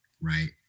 right